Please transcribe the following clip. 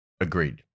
Agreed